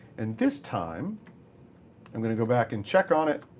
and this time i'm going to go back and check on it.